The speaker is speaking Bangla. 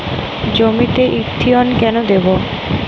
জমিতে ইরথিয়ন কেন দেবো?